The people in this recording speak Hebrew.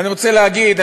אני רוצה להגיד,